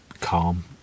calm